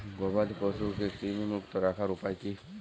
গবাদি পশুকে কৃমিমুক্ত রাখার উপায় কী?